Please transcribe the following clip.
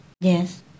Yes